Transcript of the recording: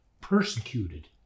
persecuted